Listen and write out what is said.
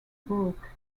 brook